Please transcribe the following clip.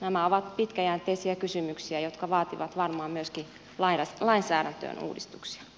nämä ovat pitkäjänteisiä kysymyksiä jotka vaativat varmaan myöskin lainsäädäntöön uudistuksia